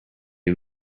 you